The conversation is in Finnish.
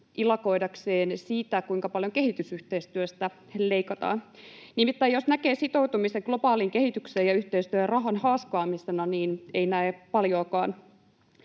ilakoidakseen siitä, kuinka paljon kehitysyhteistyöstä leikataan. Nimittäin, jos näkee sitoutumisen globaaliin kehitykseen ja yhteistyöhön rahan haaskaamisena, niin ei näe paljoakaan.